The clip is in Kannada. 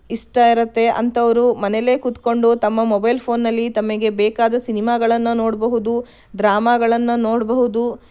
ಇಷ್ಟ ಇರತ್ತೆ ಅಂಥವರು ಮನೆಯಲ್ಲೇ ಕೂತ್ಕೊಂಡು ತಮ್ಮ ಮೊಬೈಲ್ ಫೋನ್ನಲ್ಲಿ ತಮಗೆ ಬೇಕಾದ ಸಿನಿಮಾಗಳನ್ನು ನೋಡಬಹುದು ಡ್ರಾಮಾಗಳನ್ನು ನೋಡಬಹುದು